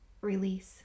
release